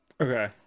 Okay